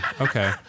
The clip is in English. Okay